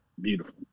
Beautiful